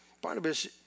Barnabas